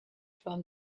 from